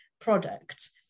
product